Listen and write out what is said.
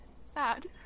sad